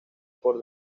por